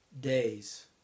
days